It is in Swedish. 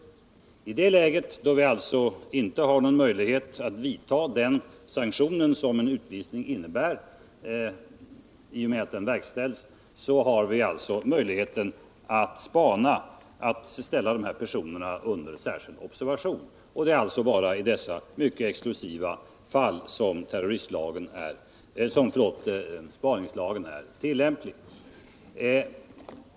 I det läget har vi alltså möjligheten att ställa personen i fråga under särskild observation. Det är bara för dessa fall som spaningslagen är tillämplig.